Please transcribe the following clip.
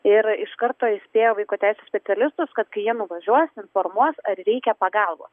ir iš karto įspėjo vaiko teisių specialistus kad kai jie nuvažiuos informuos ar reikia pagalbos